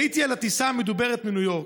הייתי על הטיסה המדוברת מניו יורק,